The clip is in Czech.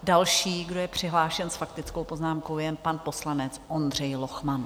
Další, kdo je přihlášen s faktickou poznámkou, je pan poslanec Ondřej Lochman.